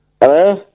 Hello